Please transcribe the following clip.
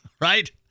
Right